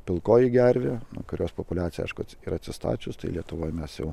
pilkoji gervė kurios populiacija aišku yra atsistačius tai lietuvoj mes jau